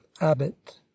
abbott